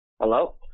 Hello